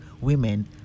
women